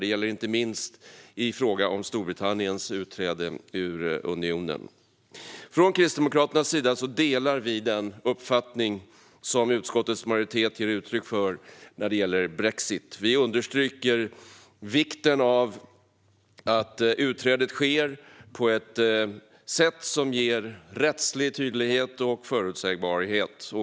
Det gäller inte minst i fråga om Storbritanniens utträde ur unionen. Från Kristdemokraternas sida delar vi den uppfattning som utskottets majoritet ger uttryck för när det gäller brexit. Vi understryker vikten av att utträdet sker på ett sätt som ger rättslig tydlighet och förutsägbarhet.